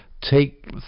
take